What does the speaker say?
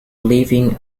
leaving